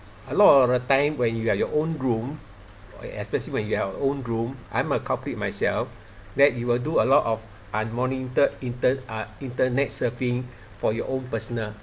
a lot of the time when you are in your own room especially when you are in your own room I'm a culprit myself that you will do a lot of unmonitored inter~ uh internet surfing for your own personal